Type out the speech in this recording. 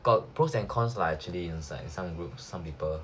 got pros and cons lah actually inside some groups some people